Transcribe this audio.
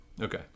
Okay